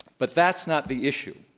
but that's not the issue.